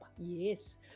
Yes